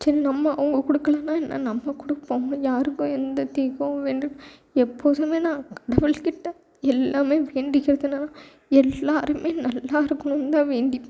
சரி நம்ம அவங்க கொடுக்கலனா என்ன நம்ம கொடுப்போம் நம்ம யாருக்கும் எந்த தீங்கும் என்று எப்போதும் நான் கடவுள் கிட்டே எல்லாம் வேண்டி கேட்டேனா எல்லோருமே நல்லாயிருக்கணும் தான் வேண்டிப்பேன்